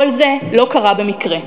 כל זה לא קרה במקרה.